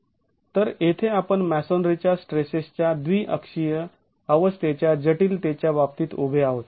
तर येथे आपण मॅसोनरीच्या स्ट्रेसेसच्या द्विअक्षीय अवस्थेच्या जटिलतेच्या बाबतीत उभे आहोत